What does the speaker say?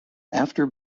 after